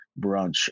brunch